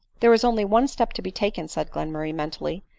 there is only one step to be taken, said glenmurray mentally,